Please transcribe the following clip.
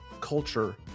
culture